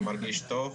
אני מרגיש טוב.